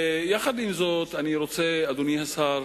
עם זאת, אני רוצה, אדוני השר,